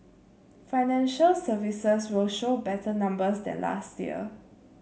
financial services will show better numbers than last year